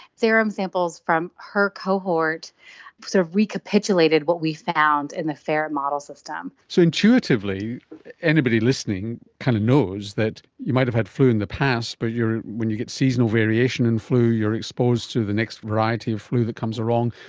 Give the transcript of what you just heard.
serum samples from her cohort sort of recapitulated what we found in the ferret model system. so intuitively anybody listening kind of knows that you might have had flu in the past but when you get seasonal variation in flu you're exposed to the next variety of flu that comes along,